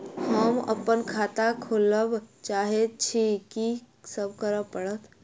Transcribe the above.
हम अप्पन खाता खोलब चाहै छी की सब करऽ पड़त?